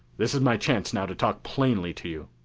this is my chance now to talk plainly to you.